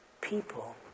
people